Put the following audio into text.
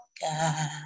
God